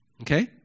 Okay